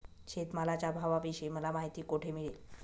शेतमालाच्या भावाविषयी मला माहिती कोठे मिळेल?